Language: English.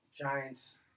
Giants